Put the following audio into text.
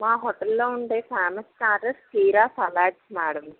మా హోటల్లో ఉండే ఫెమస్ స్టాటర్స్ కీరా సలాడ్స్ మేడం